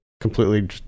completely